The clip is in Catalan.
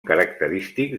característics